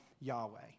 Yahweh